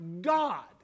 God